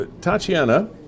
Tatiana